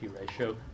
ratio